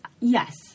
Yes